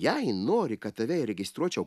jei nori kad tave įregistruočiau